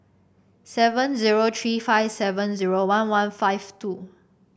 seven zero three five seven zero one one five two